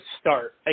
start